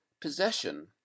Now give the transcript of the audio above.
possession